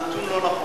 הנתון לא נכון.